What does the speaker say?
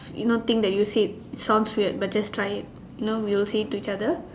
you know thing that you say it sounds weird but just try it know we will say it to each other